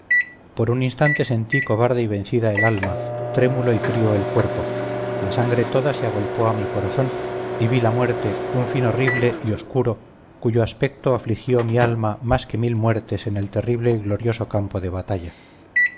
por un instante sentí cobarde y vencida el alma trémulo y frío el cuerpo la sangre toda se agolpó a mi corazón y vi la muerte un fin horrible y oscuro cuyo aspecto afligió mi alma más que mil muertes en el terrible y glorioso campo de batalla